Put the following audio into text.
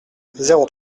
zéro